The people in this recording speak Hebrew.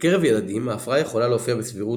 בקרב ילדים ההפרעה יכולה להופיע בסבירות